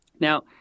Now